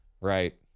right